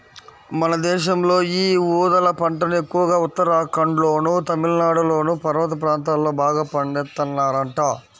మన దేశంలో యీ ఊదల పంటను ఎక్కువగా ఉత్తరాఖండ్లోనూ, తమిళనాడులోని పర్వత ప్రాంతాల్లో బాగా పండిత్తన్నారంట